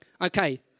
Okay